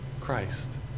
Christ